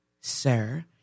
sir